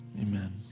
Amen